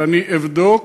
ואני אבדוק.